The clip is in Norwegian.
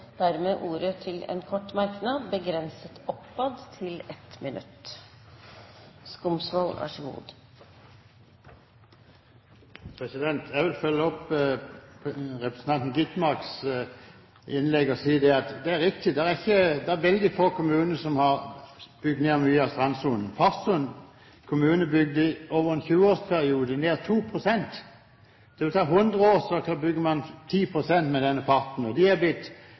ordet til en kort merknad, begrenset til 1 minutt. Jeg vil følge opp representanten Gitmarks innlegg og si at det er riktig at det er veldig få kommuner som har bygd ned mye av strandsonen. Farsund kommune bygde over en 20-årsperiode ned 2 pst. Det vil ta 100 år å bygge ned 10 pst. med denne farten – og de er blitt